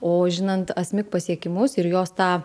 o žinant asmik pasiekimus ir jos tą